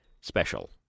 special